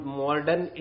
modern